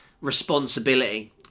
responsibility